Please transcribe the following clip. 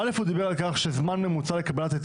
אל"ף הוא דיבר על כך שזמן ממוצע לקבלת היתר